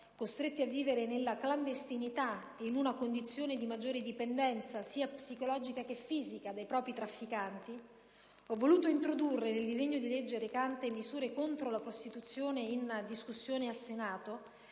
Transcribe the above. costrette a vivere nella clandestinità e in una condizione di maggiore dipendenza, sia psicologica che fisica dai propri trafficanti, ho voluto introdurre nel disegno di legge recante misure contro la prostituzione, in discussione al Senato,